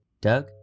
Doug